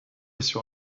sur